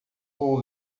vou